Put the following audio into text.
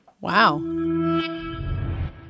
Wow